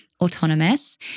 autonomous